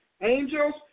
angels